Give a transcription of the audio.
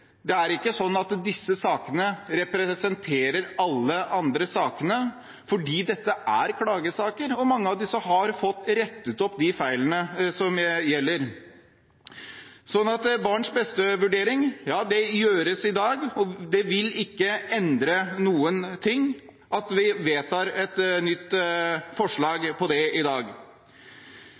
sannsynlighet er det formelle feil som er blitt gjort, men det er ikke sånn at disse sakene representerer alle andre saker, for dette er klagesaker. Mange av dem har også fått rettet opp feilene. Barns-beste-vurderinger gjøres i dag, og det vil ikke endre noe at vi vedtar et nytt forslag om det i dag.